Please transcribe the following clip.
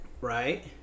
right